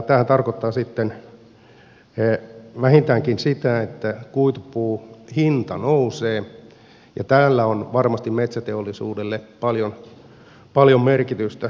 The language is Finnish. tämähän tarkoittaa sitten vähintäänkin sitä että kuitupuun hinta nousee ja tällä on varmasti metsäteollisuudelle paljon merkitystä